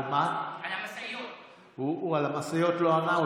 על המשאיות הוא לא ענה,